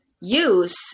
use